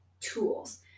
tools